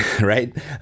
right